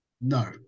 No